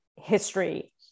history